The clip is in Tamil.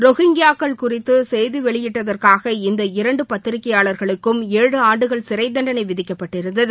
ரோஹிங்கியாக்கள் குறித்துசெய்திவெளியிட்டதற்காக இந்த இரண்டுபத்திரிகையாளர்களுக்கும் ஏழு ஆண்டுகள் சிறைதண்டனைவிதிக்கப்பட்டிருந்தது